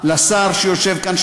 לשר שיושב כאן,